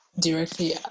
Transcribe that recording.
directly